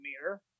mirror